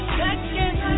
second